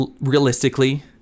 realistically